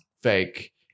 fake